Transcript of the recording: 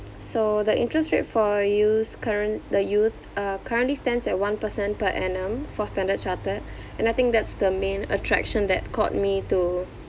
so the interest rate for youths current the youth uh currently stands at one percent per annum for standard chartered and I think that's the main attraction that caught me to